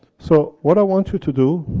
so, what i want you to do,